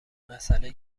مسئله